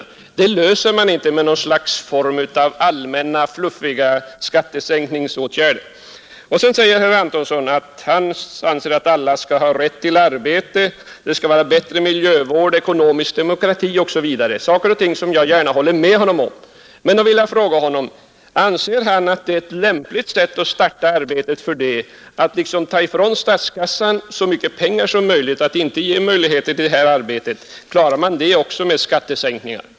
De problemen löser man inte med någon form av allmänt fluffiga skattesänkningsåtgärder. Sedan sade herr Antonsson att han anser att alla skall ha rätt till arbete och att vi skall ha en bättre miljövård, mera ekonomisk demokrati osv., allt sådana saker som jag gärna håller med honom om. Men då vill jag fråga: Anser herr Antonsson det vara ett lämpligt sätt att starta det arbetet på att ta ifrån statskassan så mycket pengar att det inte ges några möjligheter att lyckas med arbetet? Eller klarar ni det också med skattesänkningar?